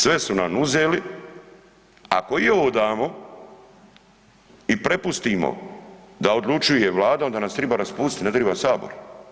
Sve su nam uzeli, ako i ovo damo i prepustimo da odlučuje vlada onda nas triba raspustit, ne triba sabor.